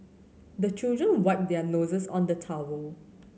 the children wipe their noses on the towel